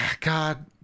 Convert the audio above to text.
god